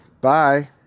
Bye